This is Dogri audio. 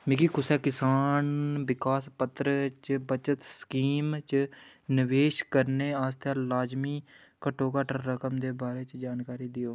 मिगी कुसै किसान विकास पत्र च बचत स्कीम च नवेश करने आस्तै लाजमी घट्टोघट्ट रकम दे बारे च जानकारी देओ